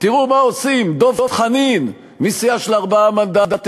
תראו מה עושים, דב חנין, מסיעה של ארבעה מנדטים,